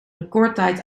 recordtijd